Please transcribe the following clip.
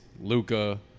Luca